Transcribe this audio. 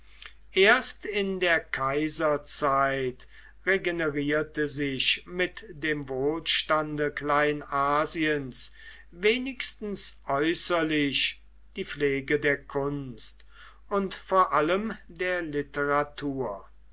erst in der kaiserzeit regenerierte sich mit dem wohlstande kleinasiens wenigstens äußerlich die pflege der kunst und vor allem der literatur